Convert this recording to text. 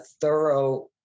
thorough